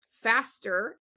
faster